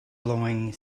blowing